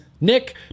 Nick